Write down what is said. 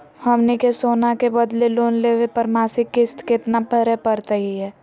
हमनी के सोना के बदले लोन लेवे पर मासिक किस्त केतना भरै परतही हे?